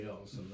else